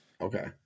Okay